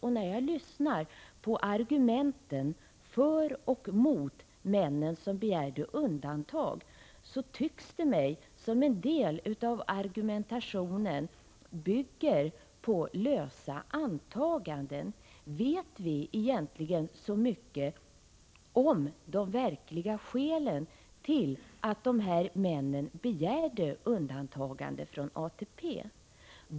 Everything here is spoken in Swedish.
Och när jag lyssnar på argumenten för och emot männen som begärde undantag tycks det mig som om en del av argumentationen bygger på lösa antaganden. Vet vi egentligen så mycket om de verkliga skälen till att de här männen begärde undantagande från ATP?